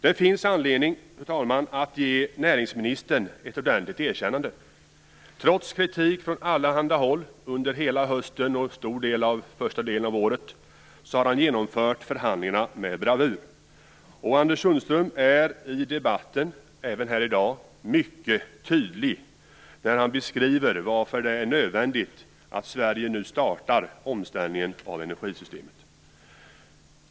Det finns anledning att ge näringsministern ett ordentligt erkännande. Trots kritik från allehanda håll under hela hösten och en stor del av årets första del har han genomfört förhandlingarna med bravur. Anders Sundström är mycket tydlig, även i debatten här i dag, när han beskriver varför det är nödvändigt att Sverige nu startar omställningen av energisystemet.